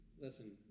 listen